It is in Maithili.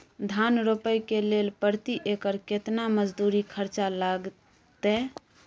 धान रोपय के लेल प्रति एकर केतना मजदूरी खर्चा लागतेय?